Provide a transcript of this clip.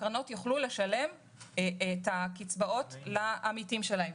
הקרנות יוכלו לשלם את הקצבאות לעמיתים שלהן.